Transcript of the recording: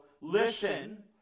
listen